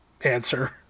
answer